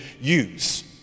use